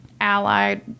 allied